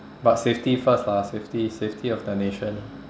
but safety first lah safety safety of the nation